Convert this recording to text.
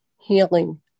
healing